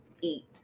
eat